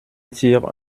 tire